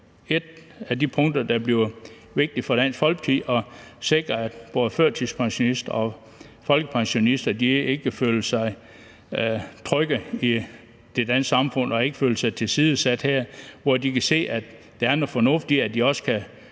et af de punkter, der bliver vigtige for Dansk Folkeparti i forhold til at sikre, at både førtidspensionister og folkepensionister vil føle sig trygge i det danske samfund og ikke vil føle sig tilsidesat her, så de kan se, at der er noget fornuftigt i også at